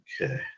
okay